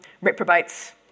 reprobates